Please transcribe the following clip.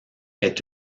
est